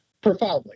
profoundly